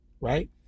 right